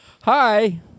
Hi